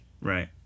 Right